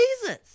Jesus